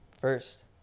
First